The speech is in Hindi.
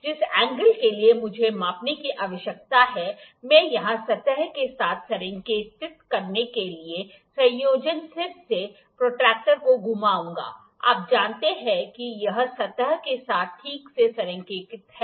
जिस एंगल के लिए मुझे मापने की आवश्यकता है मैं यहां सतह के साथ संरेखित करने के लिए संयोजन सिर के प्रोट्रैक्टर को घुमाऊंगा आप जानते हैं कि यह सतह के साथ ठीक से संरेखित है